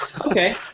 Okay